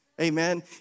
amen